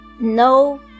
No